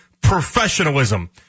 professionalism